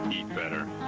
eat better.